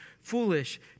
foolish